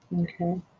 Okay